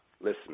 Listen